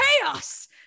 Chaos